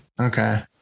Okay